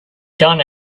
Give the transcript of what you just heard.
done